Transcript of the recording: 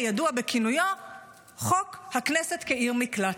הידוע בכינויו חוק הכנסת כעיר מקלט.